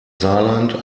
saarland